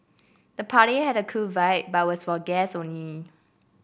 the party had a cool vibe but was for guest only